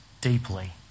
deeply